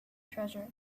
treasure